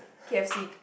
K F C